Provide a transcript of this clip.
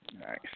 Nice